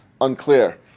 unclear